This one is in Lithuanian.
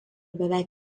beveik